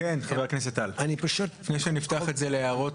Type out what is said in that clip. כן, חבר הכנסת טל, לפני שנפתח את זה להערות.